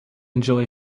enjoy